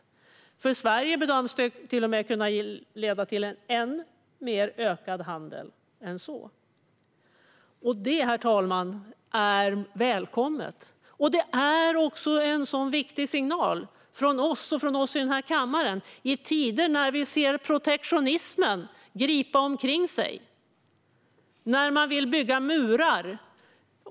För Sverige bedöms detta att leda till en än mer ökad handel än så. Det, herr talman, är välkommet. Detta är också en viktig signal från oss och från oss i den här kammaren i tider när vi ser protektionismen utbreda sig. Man vill bygga murar.